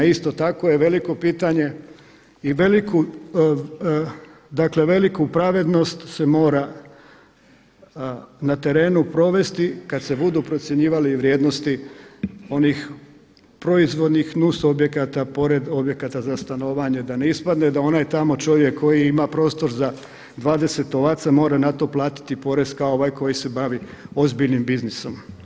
Isto tako je veliko pitanje i veliku, dakle veliku pravednost se mora na terenu provesti kada se budu procjenjivale i vrijednosti onih proizvodnih nus objekata pored objekata za stanovanje da ne ispadne da onaj tamo čovjek koji ima prostor za 20 ovaca mora na to platiti porez kao ovaj koji se bavi ozbiljnim biznisom.